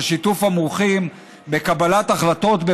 של שיתוף המומחים בקבלת החלטות,